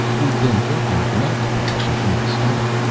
we've been working with the medical profession from the start.